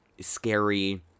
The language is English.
scary